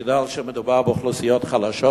כי מדובר באוכלוסיות חלשות,